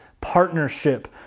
partnership